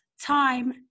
time